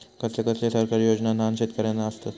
कसले कसले सरकारी योजना न्हान शेतकऱ्यांना आसत?